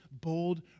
bold